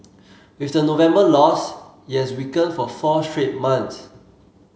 with the November loss it has weakened for four straight months